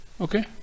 okay